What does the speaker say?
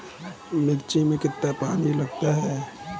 मिर्च में कितने पानी लगते हैं?